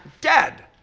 dead